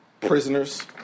prisoners